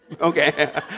Okay